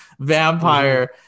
vampire